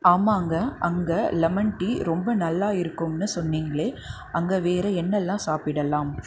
ஆமாங்க அங்கே lemon tea ரொம்ப நல்லா இருக்கும்னு சொன்னீங்களே அங்கு வேறு என்னவெலாம் சாப்பிடலாம்